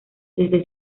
desde